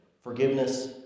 Forgiveness